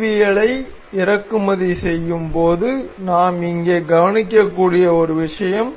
வடிவவியலை இறக்குமதி செய்யும் போது நாம் இங்கே கவனிக்கக்கூடிய ஒரு விஷயம்